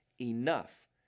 Enough